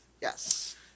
Yes